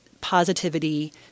positivity